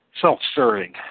Self-serving